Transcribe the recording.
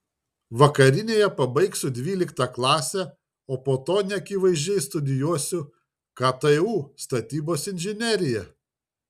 vakarinėje pabaigsiu dvyliktą klasę o po to neakivaizdžiai studijuosiu ktu statybos inžineriją